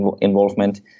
involvement